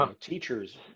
teachers